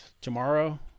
tomorrow